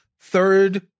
third